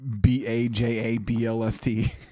B-A-J-A-B-L-S-T